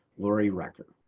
laurie reckler.